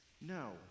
No